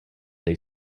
they